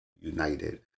united